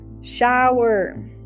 shower